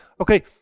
okay